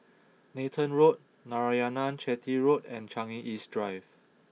Nathan Road Narayanan Chetty Road and Changi East Drive